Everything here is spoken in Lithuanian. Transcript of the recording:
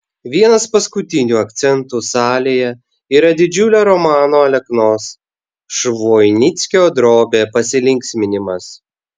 vienas paskutinių akcentų salėje yra didžiulė romano aleknos švoinickio drobė pasilinksminimas